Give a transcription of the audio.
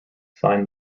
signed